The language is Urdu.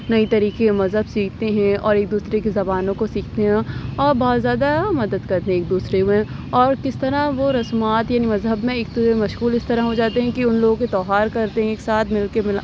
نئے طریقے اور مذہب سیکھتے ہیں اور ایک دوسرے کی زبانوں کو سیکھنا اور بہت زیادہ مدد کرتے ہیں ایک دوسرے میں اور کس طرح وہ رسومات یعنی مذہب میں ایک تو مشغول اس طرح ہو جاتے ہیں کہ ان لوگوں کے تیوہار کرتے ہیں ایک ساتھ مل کے ملا